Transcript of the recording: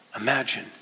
Imagine